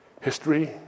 History